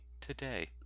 today